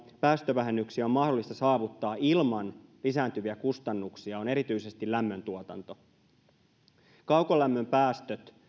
päästövähennyksiä on mahdollista saavuttaa ilman lisääntyviä kustannuksia on erityisesti lämmöntuotanto esimerkiksi kaukolämmön päästöt